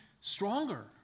stronger